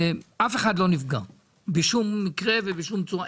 אף אחד לא נפגע בשום מקרה ובשום צורה.